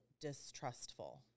distrustful